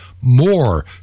more